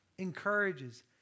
encourages